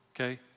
Okay